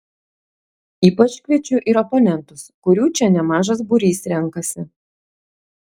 ypač kviečiu ir oponentus kurių čia nemažas būrys renkasi